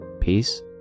Peace